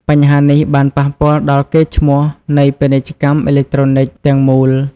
បញ្ហានេះបានប៉ះពាល់ដល់កេរ្តិ៍ឈ្មោះនៃពាណិជ្ជកម្មអេឡិចត្រូនិកទាំងមូល។